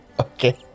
Okay